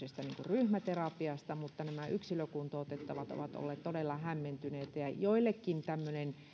ryhmäterapiasta mutta nämä yksilökuntoutettavat ovat olleet todella hämmentyneitä joillekin tämmöinen